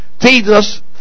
Jesus